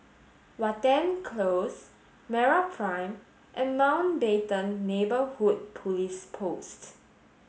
Watten Close MeraPrime and Mountbatten Neighbourhood Police Post